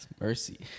Mercy